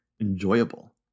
enjoyable